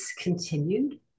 continued